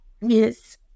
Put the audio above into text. Yes